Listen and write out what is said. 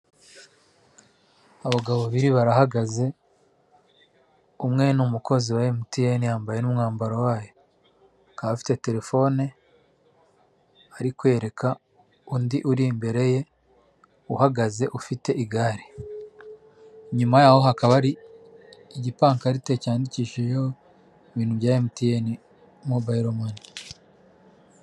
Abagabo babiri barahagaze umwe ni umukozi wa emutiyeni yambaye n'umwambaro wayo afite telefone arikwereka undi uri imbere ye uhagaze ufite igare nyuma yaho hakaba ari igipankarite cyandikishijeho ibintu bya emutiyeni mobayilo mani.